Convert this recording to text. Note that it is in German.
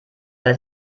weil